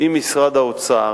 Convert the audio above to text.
עם משרד האוצר,